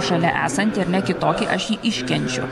šalia esantį ar ne kitokį aš jį iškenčiu